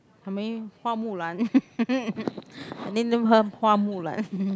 her name Hua-Mulan and then name her Hua-Mulan